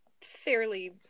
fairly